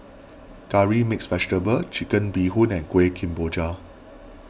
Curry Mixed Vegetable Chicken Bee Hoon and Kuih Kemboja